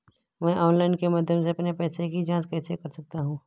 मैं ऑनलाइन के माध्यम से अपने पैसे की जाँच कैसे कर सकता हूँ?